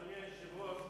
אדוני היושב-ראש,